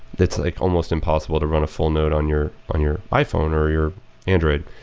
it's like almost impossible to run a full node on your on your iphone or your android,